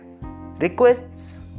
requests